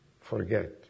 forget